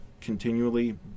continually